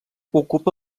ocupa